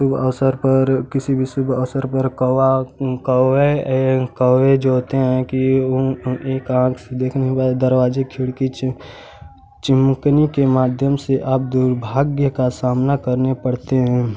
शुभ अवसर पर किसी शुभ अवसर पर कौआ कौए ये कौए जो होते हैं कि एक आँख से दिख नहीं रहा दरवाजे खिड़की च चहकने के माध्यम से आप दुर्भाग्य का सामना करने पड़ते हैं